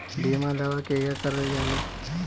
बीमा दावा केगा करल जाला?